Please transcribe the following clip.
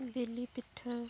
ᱵᱤᱞᱤ ᱯᱤᱴᱷᱟᱹ